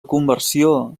conversió